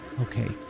Okay